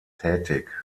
tätig